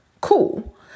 cool